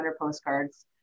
postcards